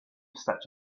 such